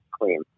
clean